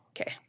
Okay